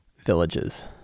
villages